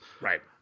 Right